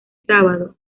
sábado